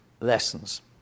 lessons